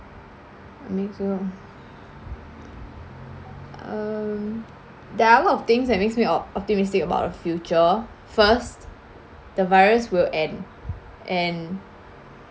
um there are a lot of things that makes me op~ optimistic about the future first the virus will end and